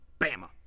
Bama